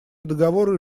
договоры